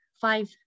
five